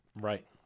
Right